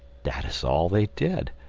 that is all they did.